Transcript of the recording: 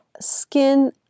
skin